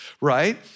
right